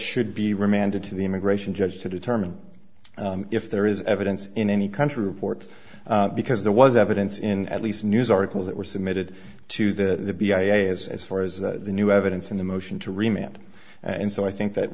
should be remanded to the immigration judge to determine if there is evidence in any country reports because there was evidence in at least news articles that were submitted to the be i a s as far as the new evidence in the motion to remount and so i think that